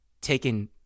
taken